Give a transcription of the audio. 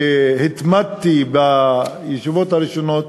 והתמדתי בישיבות הראשונות,